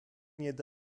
yedi